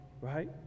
right